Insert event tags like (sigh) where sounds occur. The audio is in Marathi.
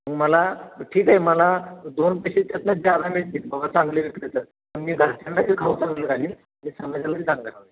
मला ठीक आहे मला दोन पैसे त्यातनं जादा मिळतील बाबा चांगल्या (unintelligible) पण मी घरच्यांना बी खाऊ चांगलं घालेन आणि समजाला (unintelligible)